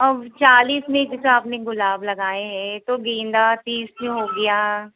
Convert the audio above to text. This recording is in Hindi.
अब चालिस में हिसाब में गुलाब लगाएं हैं तो गेंदा तीस क्यों हो गया